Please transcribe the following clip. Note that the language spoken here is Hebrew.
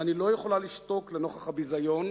ואני לא יכולה לשתוק לנוכח הביזיון,